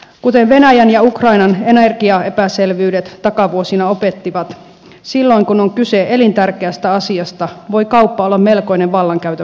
kuten venäjän ja ukrainan energiaepäselvyydet takavuosina opettivat silloin kun on kyse elintärkeästä asiasta voi kauppa olla melkoinen vallankäytön väline